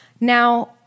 Now